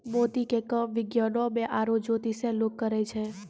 मोती के काम विज्ञानोॅ में आरो जोतिसें लोग करै छै